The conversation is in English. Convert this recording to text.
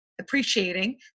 appreciating